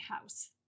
house